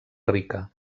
rica